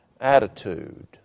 attitude